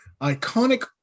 iconic